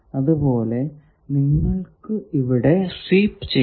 അതുപോലെ നിങ്ങൾക്കു ഇവിടെ സ്വീപ് ചെയ്യാം